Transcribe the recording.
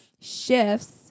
shifts